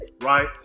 right